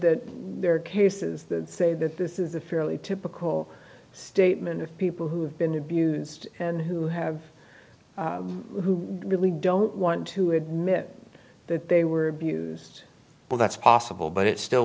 that there are cases that say that this is a fairly typical statement of people who have been abused and who have really don't want to admit that they were abused well that's possible but it still